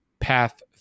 path